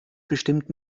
bestimmt